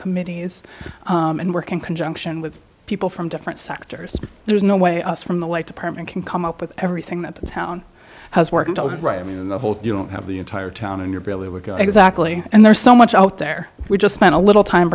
committees and work in conjunction with people from different sectors there's no way us from the white department can come up with everything that the town has worked all right i mean the whole you don't have the entire town in your belly would go exactly and there's so much out there we just spent a little time